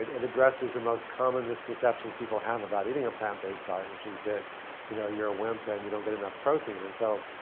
it addresses the most common misconceptions people have about eating a plant based diet, which is that you know you're a wimp and you don't get enough protein. and so,